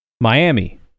Miami